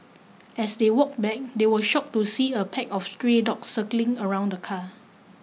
as they walked back they were shocked to see a pack of stray dogs circling around the car